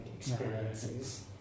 experiences